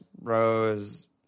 Rose